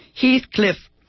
Heathcliff